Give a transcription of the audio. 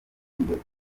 imbere